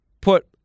put